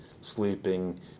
sleeping